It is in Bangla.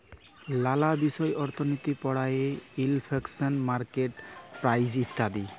লালা বিষয় অর্থলিতি পড়ায়ে ইলফ্লেশল, মার্কেট প্রাইস ইত্যাদি